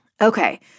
Okay